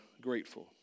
grateful